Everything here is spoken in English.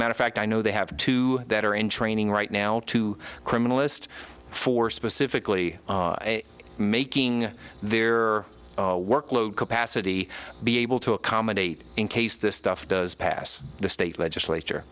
matter of fact i know they have two that are in training right now to criminalist for specifically making their work load capacity be able to accommodate in case this stuff does pass the state legislature